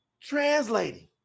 translating